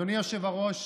אדוני היושב-ראש,